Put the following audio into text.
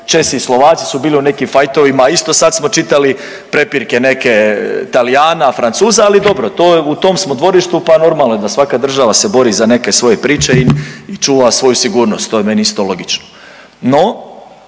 Česi i Slovaci su bili u nekim fajtovima. Isto sad smo čitali prepirke neke Talijana, Francuza ali dobro. U tom smo dvorištu, pa normalno je da svaka država se bori za neke svoje priče i čuva svoju sigurnost. To je meni isto logično. No,